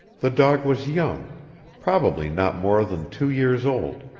the dog was young probably not more than two years old.